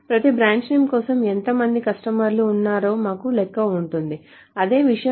ప్రతి branch names కోసం ఎంత మంది కస్టమర్లు ఉన్నారో మాకు లెక్క ఉంటుంది అదే విషయం